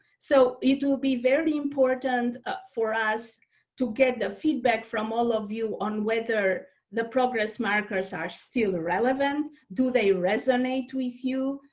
so it would be very important for us to get the feedback from all of you on whether the progress markers. are still relevant? do they resonate with you?